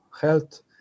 health